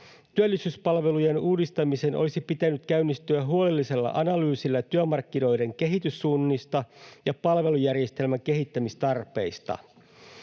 Työllisyyspalvelujen uudistamisen olisi pitänyt käynnistyä huolellisella analyysillä työmarkkinoiden kehityssuunnista ja palvelujärjestelmän kehittämistarpeista.